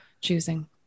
choosing